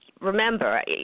remember